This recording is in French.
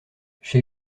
chez